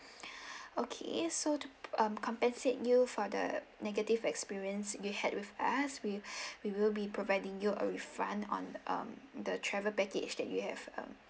okay so to um compensate you for the negative experience you had with us we we will be providing you a refund on um the travel package that you have um